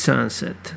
Sunset